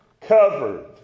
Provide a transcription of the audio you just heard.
covered